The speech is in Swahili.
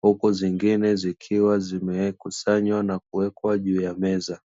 Huku zingine zikiwa zimekusanywa na kuwekwa juu ya meza.